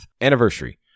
anniversary